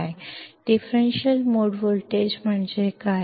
differential mode voltage म्हणजे काय